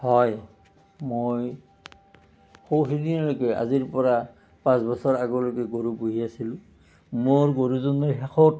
হয় মই সৌ সিদিনালৈকে আজিৰপৰা পাঁচ বছৰ আগলৈকে গৰু পুহি আছিলোঁ মোৰ গৰুজনী শেষত